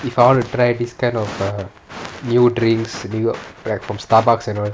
if I want to try this kind of err new drinks new like from Starbucks and all